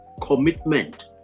commitment